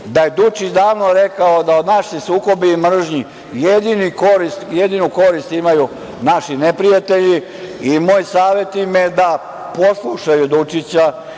da je Dučić davno rekao da naši sukobi mržnji, jedinu korist imaju naši neprijatelji. Moj savet im je da poslušaju Dučića